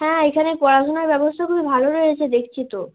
হ্যাঁ এখানে পড়াশোনার ব্যবস্থা খুবই ভালো রয়েছে দেখছি তো